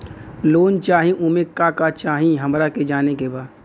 Loan चाही उमे का का चाही हमरा के जाने के बा?